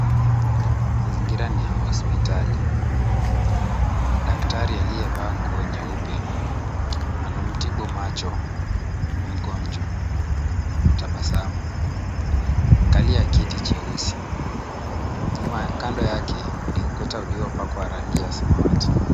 Mazingira ni ya hospitali. Daktari aliyevaa nguo nyeupe, anamtibu macho, mgonjwa. Anatabasamu. Amekalia kiti cheusi, nyuma ya kando yake ni ukuta uliopakwa rangi ya samawati.